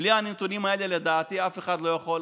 בלי הנתונים האלה, לדעתי, אף אחד לא יכול,